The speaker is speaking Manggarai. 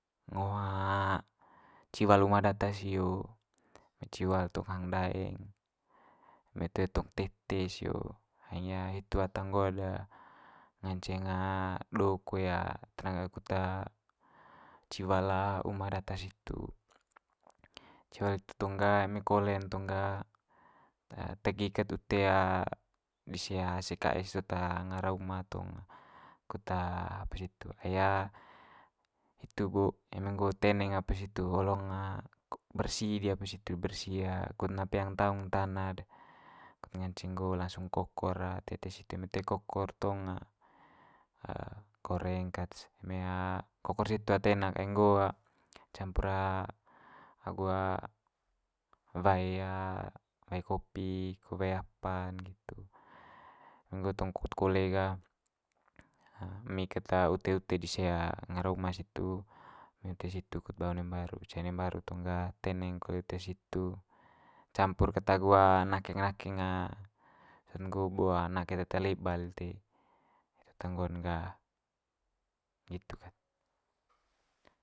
Ngo ciwal uma data sio, eme ciwal tong hang daeng eme toe tong tete sio. Hanya hitu ata nggo'd de nganceng do koe tenaga kut ciwal uma data situ. Ciwal itu tong ga eme kole'n tong ga ta tegi ket ute lise ase kae sot ngara uma tong, kut apa situ. Ai hitu bo eme nggo teneng apa situ olong bersi di apa situ bersi kut na peang taung tana'd de kut ngance nggo langsung kokor tete situ, eme toe kokor tong goreng kat's. Eme kokor situ ata enak ai nggo campur agu wae wae kopi ko wae apa nggitu. Nggo tong kut kole ga emi kat ute ute dise ngara uma situ, emi ute situ kut ba one mbaru. Cai one mbaru tong ga teneng kole ute situ campur ket agu nakeng nakeng sot nggo bo na kat eta leba lite. Itu ta nggo'n gah nggitu kat.